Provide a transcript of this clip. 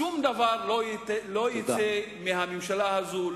שום דבר לא יצא מהממשלה הזו,